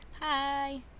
Hi